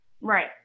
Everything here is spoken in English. Right